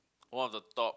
all the top